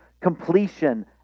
completion